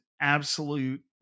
absolute